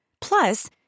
Plus